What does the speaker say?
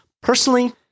Personally